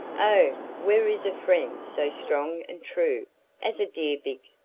oh! where is a friend so strong and true as a dear big,